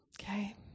okay